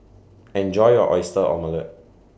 Enjoy your Oyster Omelette